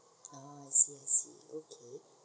ah I see I see okay